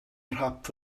nhrap